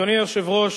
אדוני היושב-ראש,